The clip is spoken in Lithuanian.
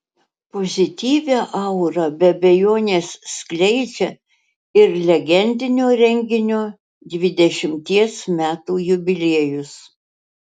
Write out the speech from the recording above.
pozityvią aurą be abejonės skleidžia ir legendinio renginio dvidešimties metų jubiliejus